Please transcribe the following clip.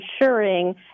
ensuring